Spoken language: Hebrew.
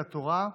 ש"ס ודגל התורה,